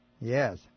Yes